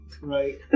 Right